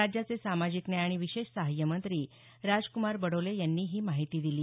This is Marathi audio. राज्याचे सामाजिक न्याय आणि विशेष सहाय्य मंत्री राजक्मार बडोले यांनी ही माहिती दिली